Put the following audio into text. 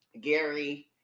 Gary